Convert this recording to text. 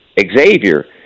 Xavier